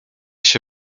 się